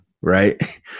right